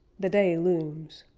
the day looms.